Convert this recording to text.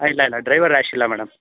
ಹಾಂ ಇಲ್ಲ ಇಲ್ಲ ಡ್ರೈವರ್ ರ್ಯಾಶ್ ಇಲ್ಲ ಮೇಡಮ್